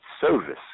service